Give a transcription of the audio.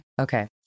okay